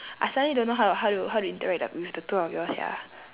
I suddenly don't know how to how to how to interact with the with the two of y'all sia